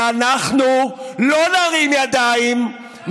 ואנחנו לא נרים ידיים,